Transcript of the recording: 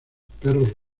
perros